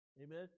Amen